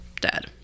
dead